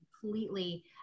Completely